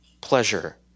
pleasure